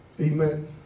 Amen